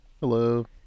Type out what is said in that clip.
Hello